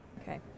Okay